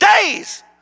days